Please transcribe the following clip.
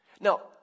Now